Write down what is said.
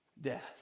death